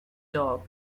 dog